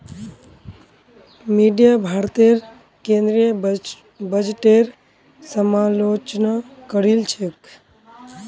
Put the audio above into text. media भारतेर केंद्रीय बजटेर समालोचना करील छेक